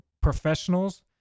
professionals